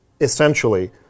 essentially